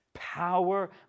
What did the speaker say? power